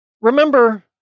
Remember